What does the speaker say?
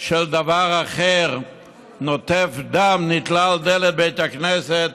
של דבר אחר נוטף דם נתלה על דלת בית הכנסת